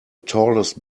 tallest